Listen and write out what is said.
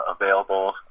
available